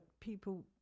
people